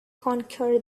conquer